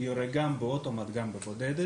יורה גם באוטומט וגם בבודדת,